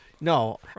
No